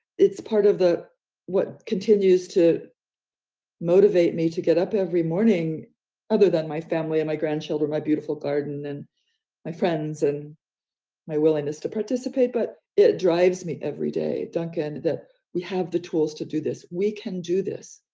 it's part of the what continues to motivate me to get up every morning. and other than my family and my grandchildren, my beautiful garden, and my friends and my willingness to participate. but it drives me every day, duncan, that we have the tools to do this, we can do this.